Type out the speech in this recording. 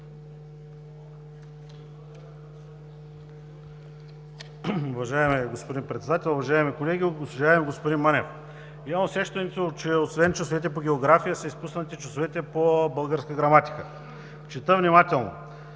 Уважаеми господин Председател, уважаеми колеги! Уважаеми господин Манев, имам усещането, че освен часовете по география са изпуснати и часовете по българска граматика. Чета внимателно: